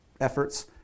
efforts